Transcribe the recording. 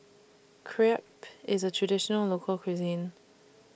Crepe IS A Traditional Local Cuisine